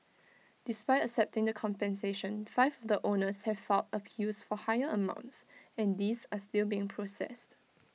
despite accepting the compensation five the owners have filed appeals for higher amounts and these are still being processed